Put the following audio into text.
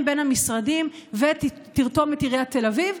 בין המשרדים ותרתום את עיריית תל אביב,